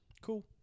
Cool